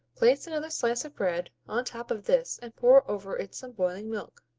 place another slice of bread on top of this and pour over it some boiling milk.